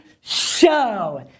Show